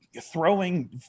throwing